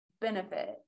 benefit